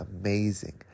amazing